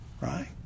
right